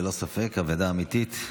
ללא ספק, אבדה אמיתית.